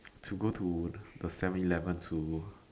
to go to the seven-eleven to